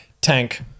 Tank